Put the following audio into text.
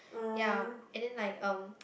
ya and then like um